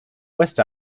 west